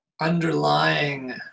underlying